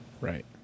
Right